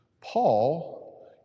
Paul